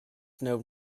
known